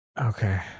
okay